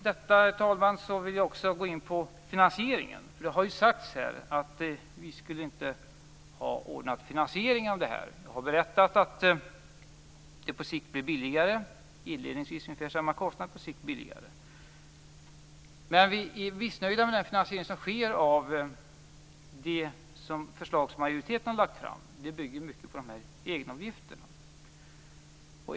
Herr talman! Jag vill gå in på frågan om finansieringen. Det har sagts att vi inte skulle ha ordnat med finansieringen. Jag har berättat att systemet på sikt blir billigare. Inledningsvis blir det samma kostnad, men på sikt blir det billigare. Men vi är missnöjda med finansieringen av det förslag som majoriteten har lagt fram. Den bygger på egenavgifterna. Det bygger mycket på egenavgifterna.